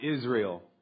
Israel